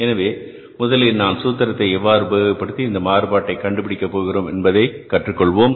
எனவே முதலில் நான் சூத்திரத்தை எவ்வாறு உபயோகப்படுத்தி இந்த மாறுபாட்டை கணக்கிட போகிறோம் என்பதை கற்றுக்கொள்வோம்